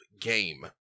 game